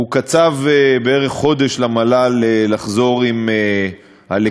הוא נתן למל"ל בערך חודש לחזור עם הלקחים.